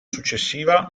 successiva